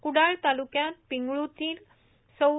क्डाळ तालुक्यात पिंगुळीतील सौं